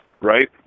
right